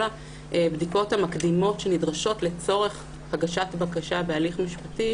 הבדיקות המקדימות שנדרשות לצורך הגשת בקשה בהליך משפטי